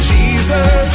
Jesus